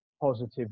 positive